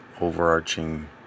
overarching